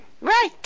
Right